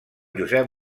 josep